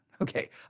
okay